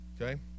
okay